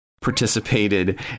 participated